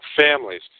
families